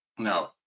No